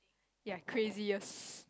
ya craziest